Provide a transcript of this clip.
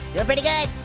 pretty good.